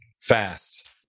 fast